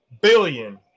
billion